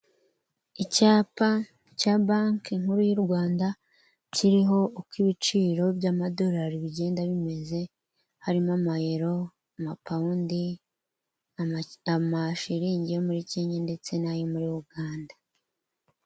Icyapa cya banke nkuru y'u Rwanda kiriho uko ibiciro by'amadolari bigenda bimeze, harimo amayero, amapawundi, amashilingi yo muri Kenya ndetse n'ayo muri Uganda.